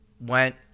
went